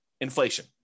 Inflation